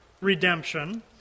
redemption